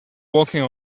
walking